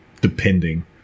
depending